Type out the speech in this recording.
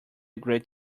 great